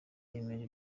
yemeje